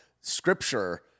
scripture